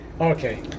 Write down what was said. okay